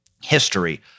history